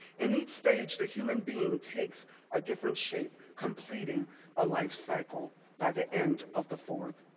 in each stage, the human being takes a different shape, completing a life cycle by the end of the fourth